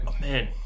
Man